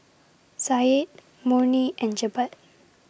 Syed Murni and Jebat